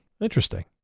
Interesting